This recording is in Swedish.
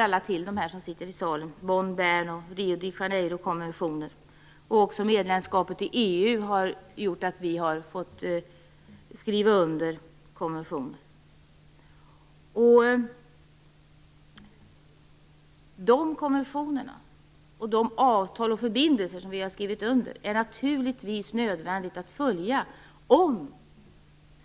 Alla vi som sitter i salen känner till Bonn-, Bern och Rio de Janeirokonventionerna. Även medlemskapet i EU har gjort att vi har fått skriva under konventioner. De konventionerna och de avtal och förbindelser som vi har skrivit under är det naturligtvis nödvändigt att följa om